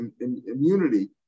immunity